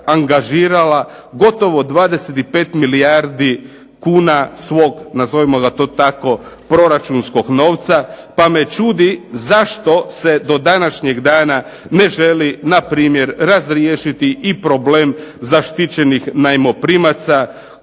angažirala gotovo 25 milijardi svog proračunskog novca pa me čudi zašto se do današnjeg dana ne želi na primjer razriješiti problem zaštićenih najmoprimaca